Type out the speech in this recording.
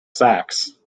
sax